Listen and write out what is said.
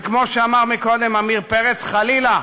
וכמו שאמר קודם עמיר פרץ: חלילה,